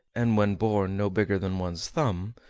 and when born no bigger than one's thumb,